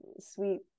sweet